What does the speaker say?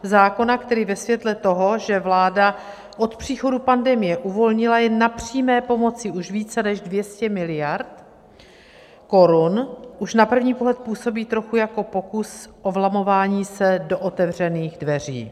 Zákona, který ve světle toho, že vláda od příchodu pandemie uvolnila jen na přímé pomoci už více než 200 miliard korun, už na první pohled působí trochu jako pokus o vlamování se do otevřených dveří.